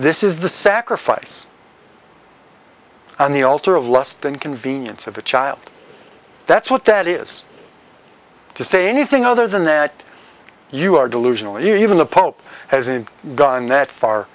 this is the sacrifice on the altar of lust and convenience of the child that's what that is to say anything other than that you are delusional even the pope hasn't done that far